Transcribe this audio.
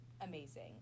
amazing